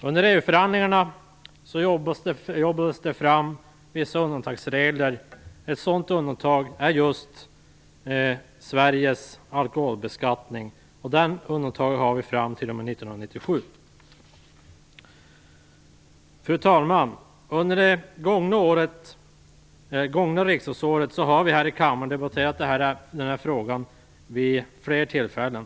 Under EU-förhandlingarna jobbades vissa undantagsregler fram. Ett sådant undantag är just Sveriges alkoholbeskattning. Detta undantag gäller fram t.o.m. Fru talman! Under det gångna riksdagsåret har vi här i kammaren debatterat den här frågan vid flera tillfällen.